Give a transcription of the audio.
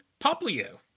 poplio